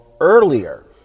earlier